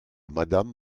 madame